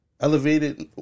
elevated